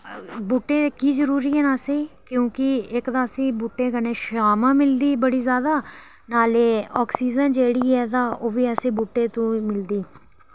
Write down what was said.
बूह्टे कीऽ जरूरी न असें ई क्योंकि इक्क ते असेंगी बूह्टे कन्नै छांऽ मिलदी बड़ी जादा नाल ए ऑक्सीजन जेह्ड़ी ऐ ओह् बूह्टे तों मिलदी